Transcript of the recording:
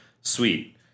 sweet